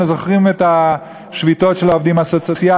אנחנו זוכרים את השביתות של העובדים הסוציאליים,